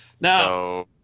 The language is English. Now